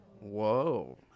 whoa